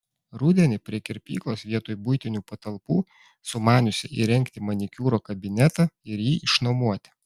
rudenį prie kirpyklos vietoj buitinių patalpų sumaniusi įrengti manikiūro kabinetą ir jį išnuomoti